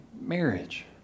marriage